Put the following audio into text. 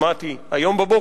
שמעתי היום בבוקר,